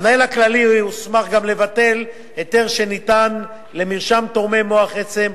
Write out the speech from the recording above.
המנהל הכללי הוסמך גם לבטל היתר שניתן למרשם תורמי מוח עצם,